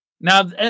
Now